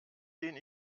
den